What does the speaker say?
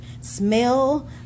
smell